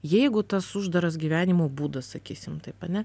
jeigu tas uždaras gyvenimo būdas sakysim taip ane